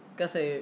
kasi